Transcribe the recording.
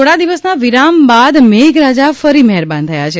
થોડા દિવસના વિરામ બાદ મેઘરાજા ફરી મહેરબાન થયા છે